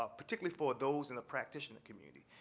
ah particularly for those in the practitioner community,